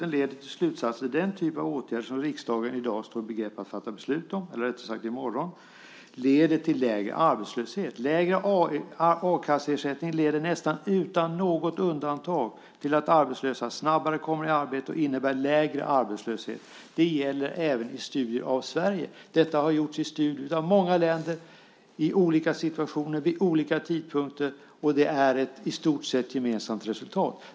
Slutsatsen blir att den typ av åtgärder som riksdagen i morgon står i begrepp att fatta beslut om leder till lägre arbetslöshet. Lägre a-kasseersättning leder nästan utan undantag till att arbetslösa snabbare kommer i arbete. Det innebär lägre arbetslöshet. Det gäller även studier i Sverige. Man har gjort studier i många länder, i olika situationer och vid olika tidpunkter. Resultatet är i stort sett gemensamt.